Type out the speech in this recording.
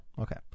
Okay